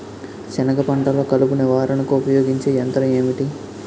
సెనగ పంటలో కలుపు నివారణకు ఉపయోగించే యంత్రం ఏంటి?